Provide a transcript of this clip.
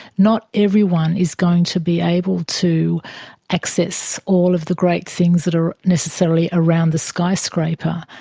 not everyone is going to be able to access all of the great things that are necessarily around the skyscraper,